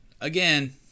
Again